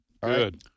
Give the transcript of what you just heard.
Good